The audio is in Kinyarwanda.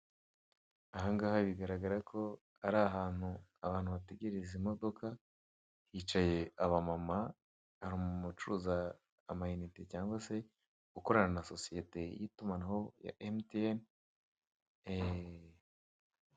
Ahangaha bigaragara ko ari ahantu abantu bategereza imodoka, hicaye abamama hari umumama ucuruza amayinite cyangwa se ukorana na sosiyete y'itumanaho ya emutiyeni ee.